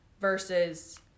versus